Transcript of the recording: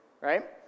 Right